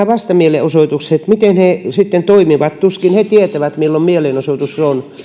vastamielenosoitukset miten he sitten toimivat tuskin he tietävät milloin mielenosoitus on